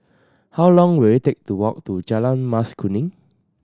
how long will it take to walk to Jalan Mas Kuning